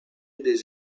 des